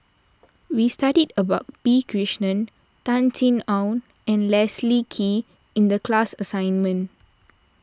we studied about P Krishnan Tan Sin Aun and Leslie Kee in the class assignment